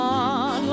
on